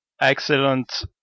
excellent